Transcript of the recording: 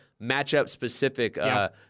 matchup-specific